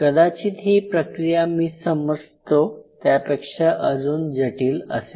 कदाचित ही प्रक्रिया मी समजतो त्यापेक्षा अजून जटिल असेल